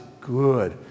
good